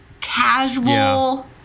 casual